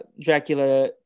Dracula